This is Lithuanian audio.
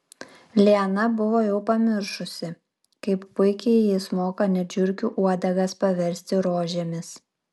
liana buvo jau pamiršusi kaip puikiai jis moka net žiurkių uodegas paversti rožėmis